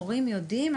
מורים יודעים,